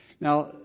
Now